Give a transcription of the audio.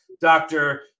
doctor